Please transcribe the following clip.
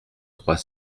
trois